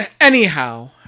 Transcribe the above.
Anyhow